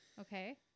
Okay